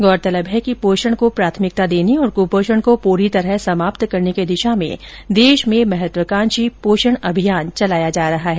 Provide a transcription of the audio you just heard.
गौरतलब है कि पोषण को प्राथमिकता देने और क्पोषण को पूरी तरह समाप्त करने की दिशा में देश में महत्वकांक्षी पोषण अभियान चलाया जा रहा है